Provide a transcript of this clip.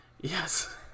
yes